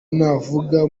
navuga